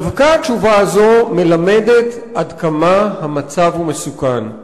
דווקא התשובה הזאת מלמדת עד כמה המצב מסוכן.